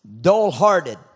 dull-hearted